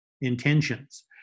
intentions